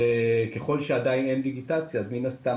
ככל שעדיין אין דיגיטציה אז מן הסתם